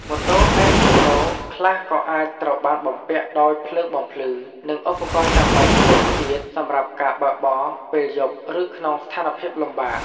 ម៉ូតូ អេនឌ្យូរ៉ូ (Enduro) ខ្លះក៏អាចត្រូវបានបំពាក់ដោយភ្លើងបំភ្លឺ និងឧបករណ៍ចាំបាច់ផ្សេងទៀតសម្រាប់ការបើកបរពេលយប់ ឬក្នុងស្ថានភាពលំបាក។